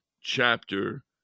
chapter